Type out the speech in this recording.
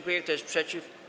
Kto jest przeciw?